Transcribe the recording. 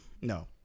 No